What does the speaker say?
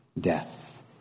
death